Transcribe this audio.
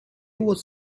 was